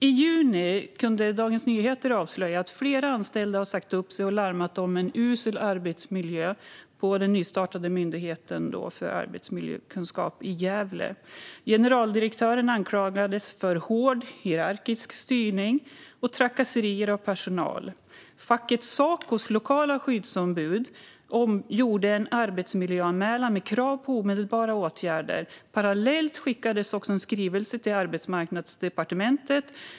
I juni kunde Dagens Nyheter avslöja att flera anställda hade sagt upp sig och larmat om en usel arbetsmiljö på den nystartade Myndigheten för arbetsmiljökunskap i Gävle. Generaldirektören anklagades för hård hierarkisk styrning och trakasserier av personal. Fackförbundet Sacos lokala skyddsombud gjorde en arbetsmiljöanmälan med krav på omedelbara åtgärder. Parallellt skickades en skrivelse till Arbetsmarknadsdepartementet.